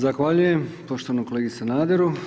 Zahvaljujem poštovanom kolegi Sanaderu.